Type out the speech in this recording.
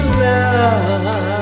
love